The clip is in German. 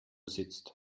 sitzt